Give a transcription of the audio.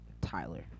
Tyler